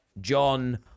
John